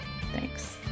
Thanks